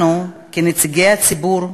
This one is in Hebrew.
אנו, כנציגי הציבור,